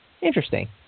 Interesting